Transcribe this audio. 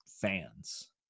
fans